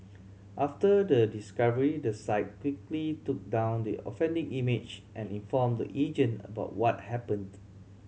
after the discovery the site quickly took down the offending image and informed the agent about what happened